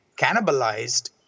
cannibalized